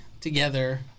together